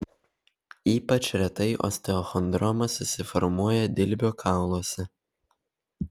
ypač retai osteochondroma susiformuoja dilbio kauluose